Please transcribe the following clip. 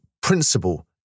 principle